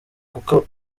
kuko